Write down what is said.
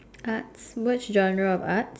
arts which genre of arts